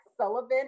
Sullivan